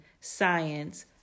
science